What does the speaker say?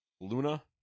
Luna